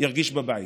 ירגיש בבית,